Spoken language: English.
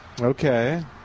Okay